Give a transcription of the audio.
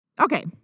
Okay